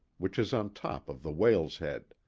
which is on top of the whale's head.